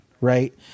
right